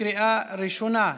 לקריאה ראשונה.